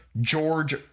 George